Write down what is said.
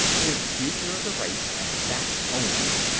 it is the future of the race, and that only,